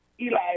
Eli